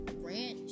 ranch